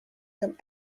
comme